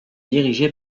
dirigé